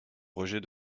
rejet